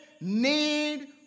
need